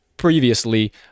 previously